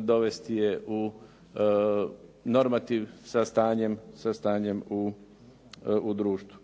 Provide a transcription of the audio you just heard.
dovesti je u normativ sa stanjem u društvu.